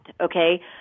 okay